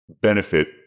benefit